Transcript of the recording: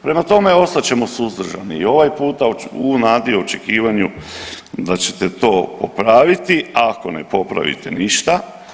Prema tome, ostat ćemo suzdržani i ovaj puta u nadi i očekivanju da ćete to popraviti, ako ne popravite ništa.